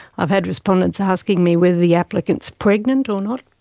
i've had respondents asking me whether the applicant is pregnant or not,